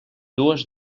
dues